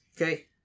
Okay